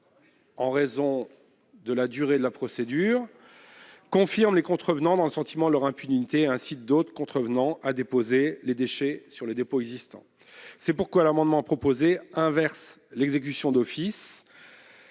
durée longue- le temps de la procédure -confirme les contrevenants dans le sentiment de leur impunité et incite d'autres contrevenants à déposer des déchets sur le dépôt existant. C'est pourquoi l'amendement proposé inverse l'exécution d'office